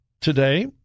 today